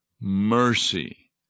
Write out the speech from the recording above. mercy